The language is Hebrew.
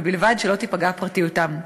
ובלבד שלא תיפגע פרטיותם.